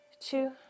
two